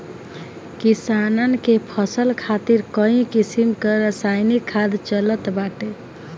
किसानन के फसल खातिर कई किसिम कअ रासायनिक खाद चलत बाटे